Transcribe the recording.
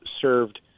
served